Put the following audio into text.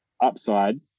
upside